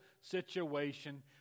situation